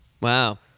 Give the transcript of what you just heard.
Wow